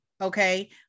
okay